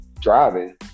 driving